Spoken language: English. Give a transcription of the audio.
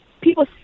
people